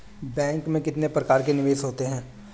Bank में कितने प्रकार के निवेश होते हैं?